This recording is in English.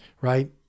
right